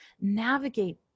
navigate